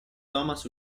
thomas